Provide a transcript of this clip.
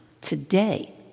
today